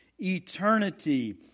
eternity